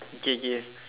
okay K